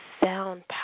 Sound